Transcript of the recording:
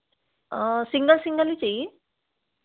single single ही चाहिए